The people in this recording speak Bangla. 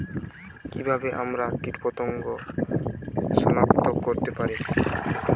কিভাবে আমরা কীটপতঙ্গ সনাক্ত করতে পারি?